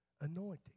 anointing